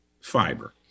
fiber